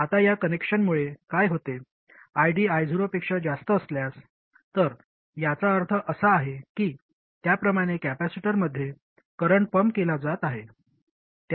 आता या कनेक्शनमुळे काय होते ID I0 पेक्षा जास्त असल्यास तर याचा अर्थ असा आहे की त्याप्रमाणे कॅपेसिटरमध्ये करंट पंप केला जात आहे